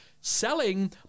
selling